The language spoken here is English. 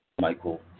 Michael